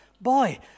Boy